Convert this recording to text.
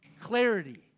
clarity